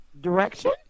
Direction